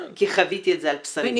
כי חוויתי את זה על בשרי.